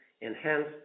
enhanced